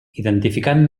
identificant